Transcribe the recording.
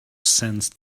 sense